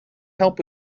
help